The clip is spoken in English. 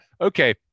okay